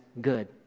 good